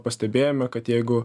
pastebėjome kad jeigu